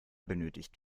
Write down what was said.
benötigt